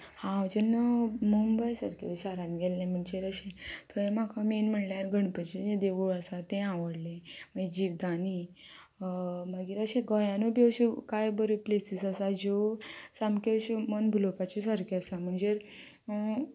हांव जेन्ना मुंबय सारकें शारान गेल्लें म्हणजेर अशें थंय म्हाका मेन म्हणल्यार गणपतीचें देवूळ आसा तें आवडलें माय जिवदानी मागीर अशें गोंयानूय बी अश्यो कांय बऱ्यो प्लेसीस आसा ज्यो सामक्यो अश्यो मन भुलोपाच्यो सारक्यो आसा म्हणजेर